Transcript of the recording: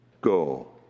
go